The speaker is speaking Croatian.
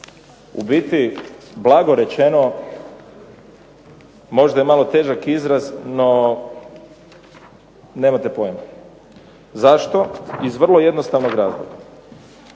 U biti blago rečeno možda je malo težak izraz no nemate pojma. Zašto? Iz vrlo jednostavnog razloga.